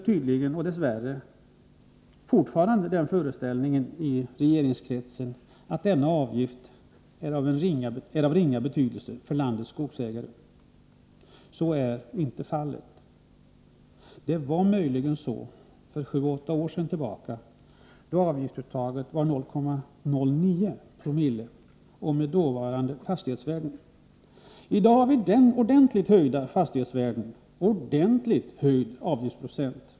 Tydligen råder dess värre fortfarande den föreställningen i regeringskretsen att denna avgift är av ringa betydelse för landets skogsägare. Så är dock inte fallet. Det var möjligen så för sju åtta år sedan — med ett avgiftsuttag på 0,09 Joo och med dåvarande fastighetsvärden. I dag har vi ordentligt höjda fastighetsvärden och en ordentligt höjd avgiftsprocent.